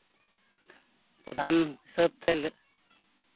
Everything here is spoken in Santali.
ᱯᱨᱚᱫᱷᱟᱱ ᱦᱤᱥᱟᱹᱵ ᱛᱮ